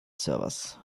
servers